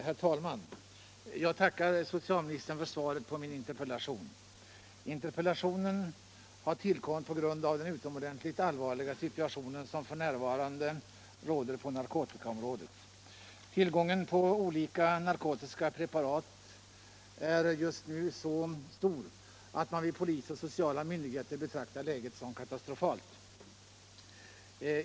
Herr talman! Jag tackar socialministern för svaret på min interpellation. Interpellationen har tillkommit på grund av den utomordentligt allvarliga situation som f. n. råder på narkotikaområdet. Tillgången på olika narkotiska preparat är just nu så stor att man hos polis och sociala myndigheter betraktar läget som katastrofalt.